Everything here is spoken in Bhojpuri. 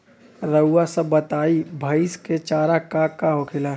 रउआ सभ बताई भईस क चारा का का होखेला?